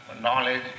Knowledge